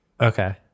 Okay